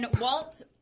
Walt